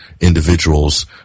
individuals